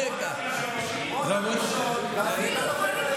למה אתם צוחקים מהניסיון המבזה שלו להפוך אותך לגזען?